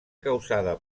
causada